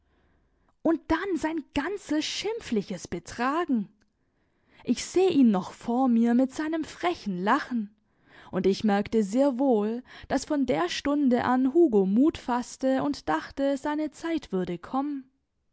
und dann sein ganzes schimpfliches betragen ich seh ihn noch vor mir mit seinem frechen lachen und ich merkte sehr wohl daß von der stunde an hugo mut faßte und dachte seine zeit würde kommen